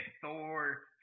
Thor